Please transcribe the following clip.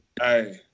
Hey